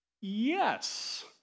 Yes